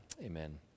Amen